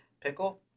pickle